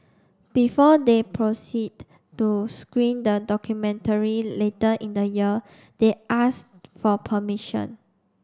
before they proceed to screen the documentary later in the year they asked for permission